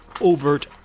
overt